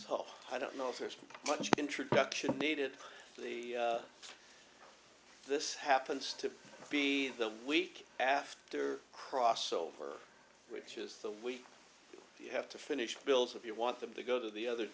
whole i don't know if there's much introduction needed the this happens to be the week after crossover which is the week you have to finish the bills if you want them to go to the other